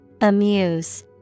Amuse